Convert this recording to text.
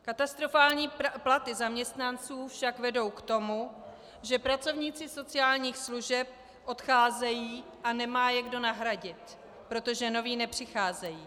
Katastrofální platy zaměstnanců však vedou k tomu, že pracovníci sociálních služeb odcházejí a nemá je kdo nahradit, protože noví nepřicházejí.